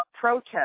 protest